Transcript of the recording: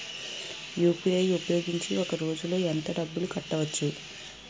UPI ఉపయోగించి ఒక రోజులో ఎంత డబ్బులు కట్టవచ్చు?